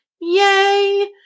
Yay